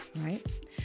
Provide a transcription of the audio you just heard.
right